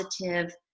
positive